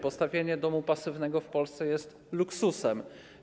Postawienie domu pasywnego w Polsce jest luksusem.